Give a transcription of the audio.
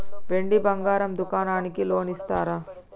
వెండి బంగారం దుకాణానికి లోన్ ఇస్తారా?